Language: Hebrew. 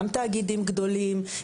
גם תאגידים גדולים,